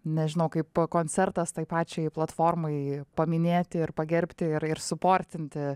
nežinau kaip koncertas tai pačiai platformai paminėti ir pagerbti ir ir suportinti